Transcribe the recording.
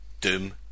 Doom